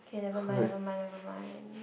okay nevermind nevermind nevermind